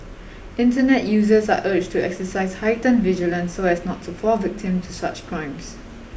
Internet users are urged to exercise heightened vigilance so as not to fall victim to such crimes